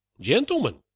gentlemen